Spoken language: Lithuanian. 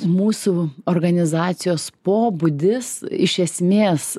mūsų organizacijos pobūdis iš esmės